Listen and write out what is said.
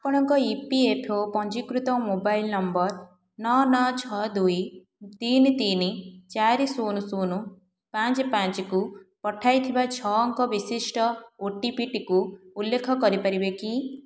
ଆପଣଙ୍କ E P F O ପଞ୍ଜୀକୃତ mobile number ନଅ ନଅ ଛଅ ଦୁଇ ତିନି ତିନି ଚାରି ଶୂନ ଶୂନ ପାଞ୍ଚ ପାଞ୍ଚକୁ ପଠାଇଥିବା ଛଅ ଅଙ୍କ ବିଶିଷ୍ଟ ଓଟିପିଟିକୁ ଉଲ୍ଲେଖ କରିପାରିବେ କି